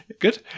Good